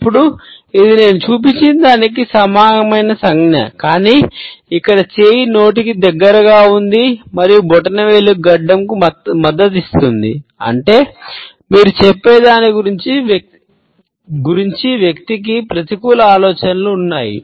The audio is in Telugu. ఇప్పుడు ఇది నేను చూపించిన దానికి సమానమైన సంజ్ఞ కానీ ఇక్కడ చేయి నోటికి దగ్గరగా ఉంది మరియు బొటనవేలు గడ్డంకు మద్దతు ఇస్తుంది అంటే మీరు చెప్పే దాని గురించి వ్యక్తికి ప్రతికూల ఆలోచనలు ఉన్నాయి